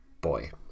Boy